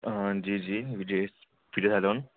जी जी